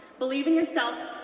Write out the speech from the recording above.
believe in yourself,